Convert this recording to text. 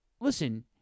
listen